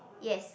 yes